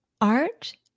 art